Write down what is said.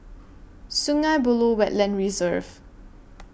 Sungei Buloh Wetland Reserve